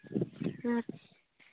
ᱦᱮᱸ